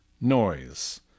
Noise